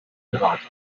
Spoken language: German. erweitert